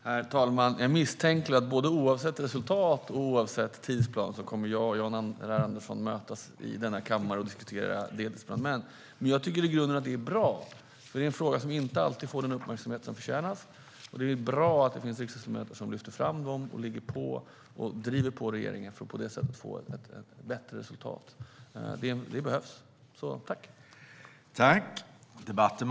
Herr talman! Jag misstänker att oavsett resultat och tidsplan kommer jag och Jan R Andersson att mötas i denna kammare och diskutera deltidsbrandmän. Men jag tycker i grunden att det är bra, för det är en fråga som inte alltid får den uppmärksamhet som den förtjänar, och det är bra att det finns riksdagsledamöter som lyfter fram sådana frågor, ligger på och driver på regeringen för att på det sättet få ett bättre resultat. Det behövs, så tack!